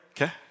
Okay